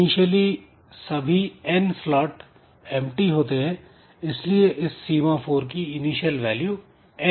initially सभी n slot Empty होते हैं इसलिए इस सीमा फोर की इनिशियल वैल्यू n होती है